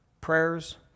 prayers